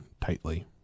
tightly